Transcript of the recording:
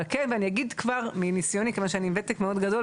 אני אגיד כבר מניסיוני, אני עם ותק מאוד גודל